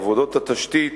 עבודות התשתית,